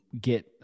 get